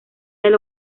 del